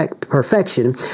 perfection